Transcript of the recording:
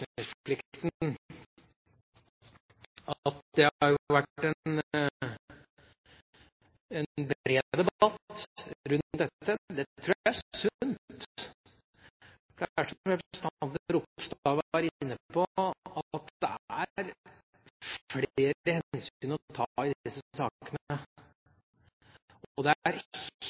at det har vært en bred debatt rundt dette. Det tror jeg er sunt. Det er, som representanten Ropstad var inne på, flere hensyn å ta i disse sakene. Og det er